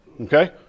okay